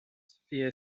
sophia